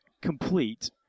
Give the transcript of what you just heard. complete